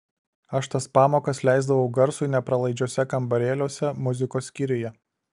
aš tas pamokas leisdavau garsui nepralaidžiuose kambarėliuose muzikos skyriuje